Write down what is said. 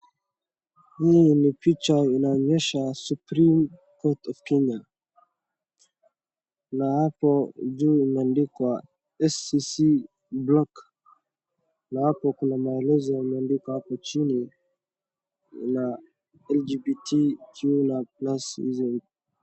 Hii ni picha inaonyesha Supreme Court of Kenya. Na hapo juu imeandikwa SCC Block . Na hapo kuna maelezo yameandikwa hapo chini na LGBTQ na plus hizi.